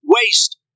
waste